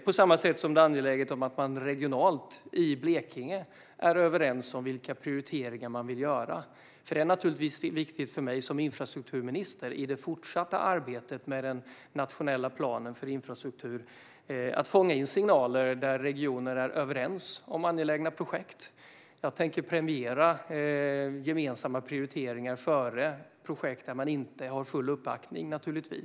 På samma sätt är det angeläget att man regionalt i Blekinge är överens om vilka prioriteringar man vill göra. För mig som infrastrukturminister är det naturligtvis viktigt att i det fortsatta arbetet med den nationella planen för infrastruktur fånga in signaler där regioner är överens om angelägna projekt. Jag tänker premiera gemensamma prioriteringar före projekt där man inte har full uppbackning.